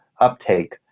uptake